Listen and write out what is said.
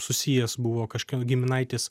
susijęs buvo kažkieno giminaitis